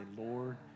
Lord